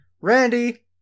Randy